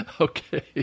Okay